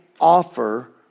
offer